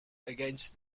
against